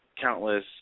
Countless